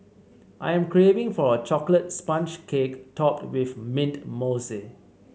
I am craving for a chocolate sponge cake topped with mint mousse